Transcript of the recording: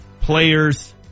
players